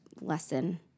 lesson